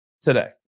today